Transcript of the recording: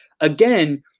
again